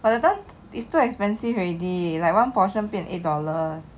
but that time it's too expensive already like one portion paid eight dollars